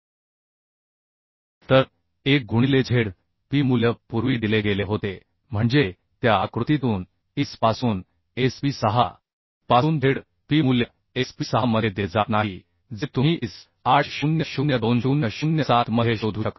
तर 1 गुणिले zp मूल्य पूर्वी दिले गेले होते म्हणजे त्या आकृतीतून IS पासून SP6 पासून zp मूल्य SP6 मध्ये दिले जात नाही जे तुम्ही IS 800 2007 मध्ये शोधू शकता